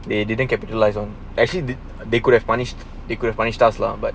they didn't capitalise on actually did they could have punished they could have punished us lah but